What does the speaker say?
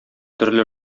төрле